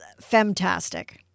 fantastic